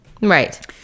right